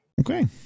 Okay